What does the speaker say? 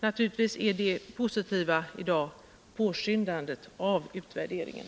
Det positiva i dag är naturligtvis påskyndande av utvärderingen.